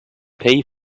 pay